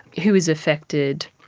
who is affected,